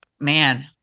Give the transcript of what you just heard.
man